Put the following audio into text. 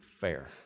fair